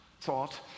thought